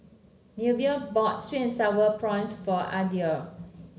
Neveah bought sweet and sour prawns for Adriel